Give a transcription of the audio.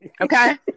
Okay